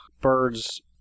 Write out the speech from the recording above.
birds